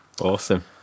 Awesome